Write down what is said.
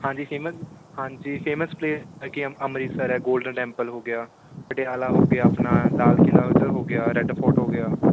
ਹਾਂਜੀ ਫੇਮ ਹਾਂਜੀ famous place ਜਿੱਦਾਂ ਕਿ ਅੰਮ੍ਰਿਤਸਰ ਹੈ ਗੋਲਡਨ ਟੈਂਪਲ ਹੋ ਗਿਆ ਪਟਿਆਲਾ ਹੋ ਗਿਆ ਆਪਣਾ ਲਾਲ ਕਿਲ੍ਹਾ ਉੱਧਰ ਹੋ ਗਿਆ ਰੈਡ ਫੋਟ ਹੋ ਗਿਆ